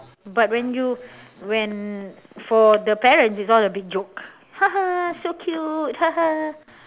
but when you when for the parents it's all a big joke haha so cute haha